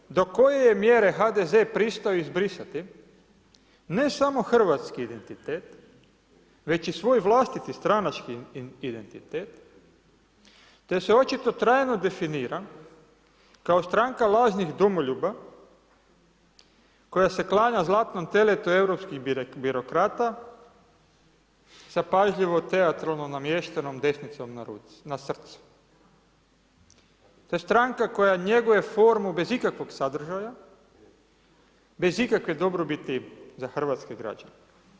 I tu vidimo do koje je mjere HDZ prist'o izbrisati, ne samo hrvatski identitet već i svoj vlastiti stranački identitet, te se očito trajno definira kao stranka lažnih domoljuba koja se klanja zlatnom teletu europskih birokrata sa pažljivo teatralno namještenom desnicom na ruci, na srcu, te stranka koja njeguje formu bez ikakvog sadržaja, bez ikakve dobrobiti za hrvatske građane.